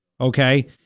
okay